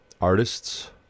artists